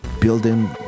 building